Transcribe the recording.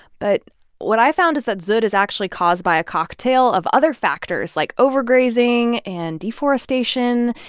but what i found is that dzud is actually caused by a cocktail of other factors, like overgrazing and deforestation.